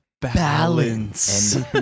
balance